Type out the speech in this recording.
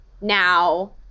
Now